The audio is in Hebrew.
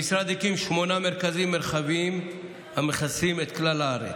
המשרד הקים שמונה מרכזים מרחביים שמכסים את כלל הארץ.